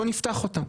בוא נפתח אותם.